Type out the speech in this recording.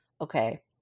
okay